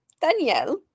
Danielle